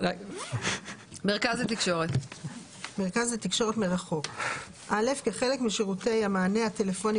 מרכז לתקשורת מרחוק כחלק משירותי המענה הטלפוני